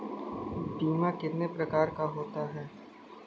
बीमा कितने प्रकार का होता है?